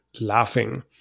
laughing